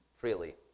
Freely